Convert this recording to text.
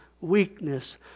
weakness